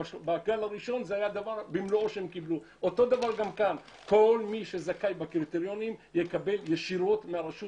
זה כולל קודם כל את התקן של הבנייה הירוקה